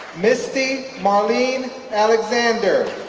misty marlene alexander,